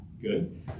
good